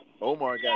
Omar